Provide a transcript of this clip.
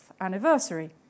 anniversary